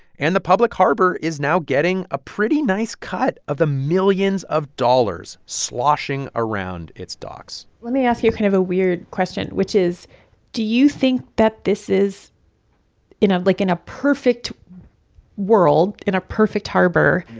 and the public harbor is now getting a pretty nice cut of the millions of dollars sloshing around its docks let me ask you kind of a weird question, which is do you think that this is like, in a perfect world in a perfect harbor.